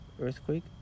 Earthquake